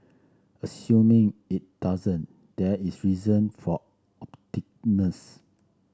assuming it doesn't there is reason for